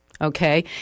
Okay